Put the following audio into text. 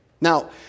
Now